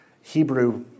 Hebrew